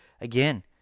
Again